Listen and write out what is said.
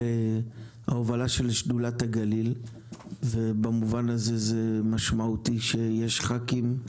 על ההובלה של שדולת הגליל ובמובן הזה זה משמעותי שיש ח"כים,